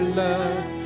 love